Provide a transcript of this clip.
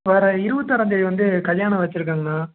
வர இருபத்து ஆறாம்தேதி வந்து கல்யாணம் வச்சிருக்கங்க அண்ணா